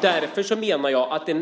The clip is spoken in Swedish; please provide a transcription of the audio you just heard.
Därför menar jag att det